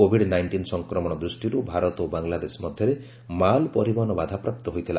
Covid nineteen ସଂକ୍ରମଣ ଦୂଷ୍ଟିରୁ ଭାରତ ଓ ବାଂଲାଦେଶ ମଧ୍ୟରେ ମାଲ୍ ପରିବହନ ବାଧାପ୍ରାପ୍ତ ହୋଇଥିଲା